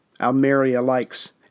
Almeria-likes